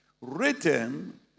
Written